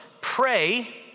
Pray